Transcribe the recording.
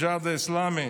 הג'יהאד האסלאמי.